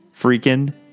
freaking